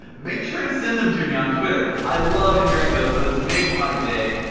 make sure to send them to me on twitter. i love hearing those, those make my day.